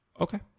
Okay